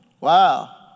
wow